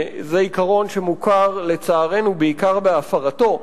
זה עיקרון שמוכר, לצערנו, בעיקר בהפרתו,